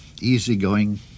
Easygoing